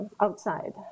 outside